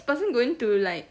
person going to like